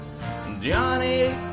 Johnny